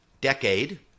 decade